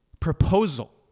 Proposal